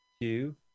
two